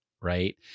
right